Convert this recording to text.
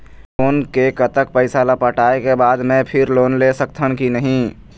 Loan के कतक पैसा ला पटाए के बाद मैं फिर लोन ले सकथन कि नहीं?